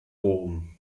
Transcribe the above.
rom